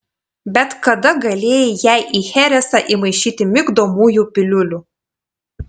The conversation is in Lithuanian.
bet kada galėjai jai į cheresą įmaišyti migdomųjų piliulių